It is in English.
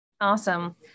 Awesome